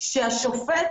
שהשופט